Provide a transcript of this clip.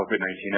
COVID-19